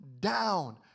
down